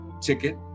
ticket